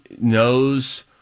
knows